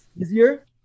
easier